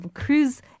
Cruise